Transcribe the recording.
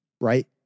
Right